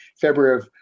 February